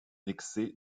excès